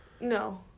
no